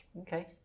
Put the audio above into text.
Okay